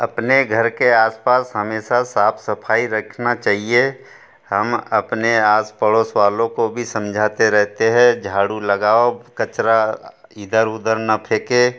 अपने घर के आस पास हमेशा साफ़ सफ़ाई रखना चाहिए हम अपने आस पड़ोस वालों को भी समझाते रहते हैं झाड़ू लगाओ कचरा इधर उधर ना फेंके